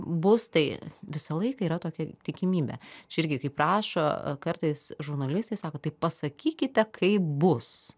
bus tai visą laiką yra tokia tikimybė čia irgi kaip rašo a kartais žurnalistai sako tai pasakykite kaip bus